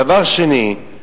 דבר שני,